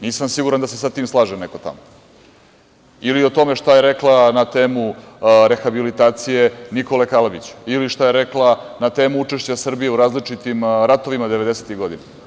Nisam siguran da se sa tim slaže neko tamo ili o tome šta je rekla na temu rehabilitacije Nikole Kalabića ili šta je rekla na temu učešća Srbije u različitim ratovima devedesetih godina?